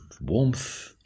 warmth